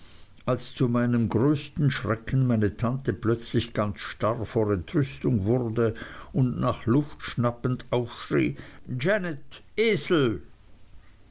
als zu meinem größten schrecken meine tante plötzlich ganz starr vor entrüstung wurde und nach luft schnappend aufschrie janet esel